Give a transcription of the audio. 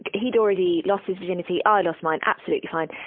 he'd already lost his virginity, i'd lost mine, absolutely fine.